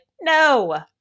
no